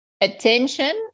attention